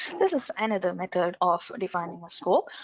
this is another method of defining a scope.